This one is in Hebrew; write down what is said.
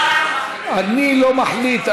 אני לא מחליט,